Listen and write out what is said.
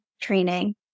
training